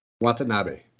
Watanabe